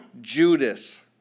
Judas